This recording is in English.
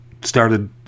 started